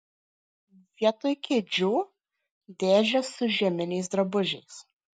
vietoj kėdžių dėžės su žieminiais drabužiais